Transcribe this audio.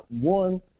One